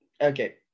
Okay